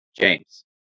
James